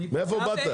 מאיפה באת?